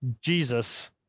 Jesus